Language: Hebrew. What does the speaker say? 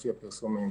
לפי הפרסומים,